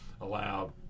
allowed